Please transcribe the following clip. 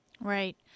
Right